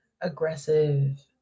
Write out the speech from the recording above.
aggressive